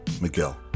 Miguel